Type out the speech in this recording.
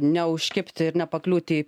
neužkibti ir nepakliūti